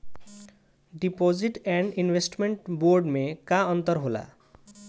Deposit and investment bond मे का अंतर होला?